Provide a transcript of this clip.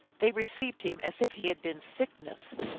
they received him as if he had been sickness.